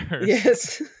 yes